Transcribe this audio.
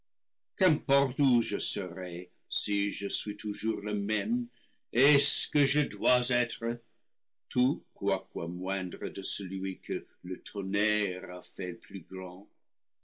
où je serai le paradis perdu si je suis toujours le même et ce que je dois être tout qubi que moindre que celui que le tonnerre a fait plus grand